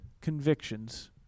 convictions